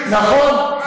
נכון.